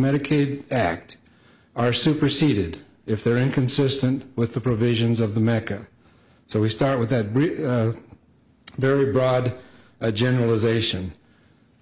medicaid act are superceded if they're inconsistent with the provisions of the meca so we start with that brief very broad generalization